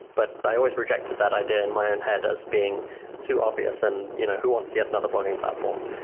but i always rejected that idea in my own head as being too obvious and you know who wants yet another blogging platform?